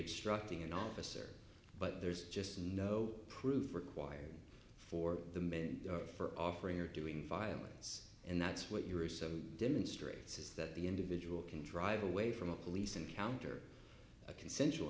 obstructing an officer but there's just no proof required for the men for offering or doing violence and that's what you are so demonstrates is that the individual can drive away from a police encounter a consensual